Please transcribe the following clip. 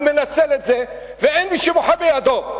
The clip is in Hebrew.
הוא מנצל את זה ואין מי שמוחה בידו.